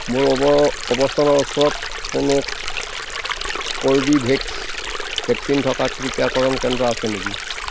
মোৰ অৱ অৱস্থানৰ ওচৰত কোনো কৰ্বী ভেক্স ভেকচিন থকা টিকাকৰণ কেন্দ্ৰ আছে নেকি